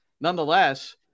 nonetheless